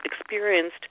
experienced